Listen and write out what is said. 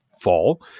fall